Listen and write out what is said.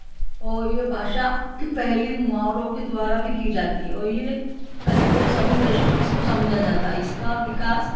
और यह भाषा पहली मुहावरों के द्वारा भी की जाती है और यह करीब करीब सभी देशों में इसको समझा जाता है इसका विकास